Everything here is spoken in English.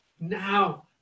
now